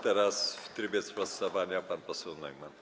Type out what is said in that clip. Teraz w trybie sprostowania pan poseł Neumann.